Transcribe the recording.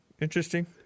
interesting